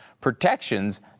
Protections